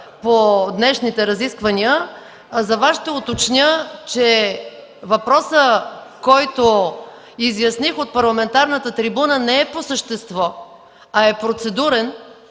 по днешните разисквания, за Вас ще уточня, че въпросът, който изясних от парламентарната трибуна, не е по същество, а е процедурен.